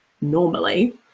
normally